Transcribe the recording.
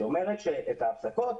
שאומרת שאת ההפסקות